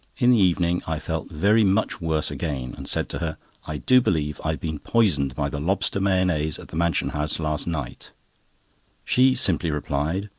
in the evening i felt very much worse again and said to her i do believe i've been poisoned by the lobster mayonnaise at the mansion house last night she simply replied,